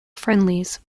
friendlies